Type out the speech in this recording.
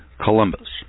Columbus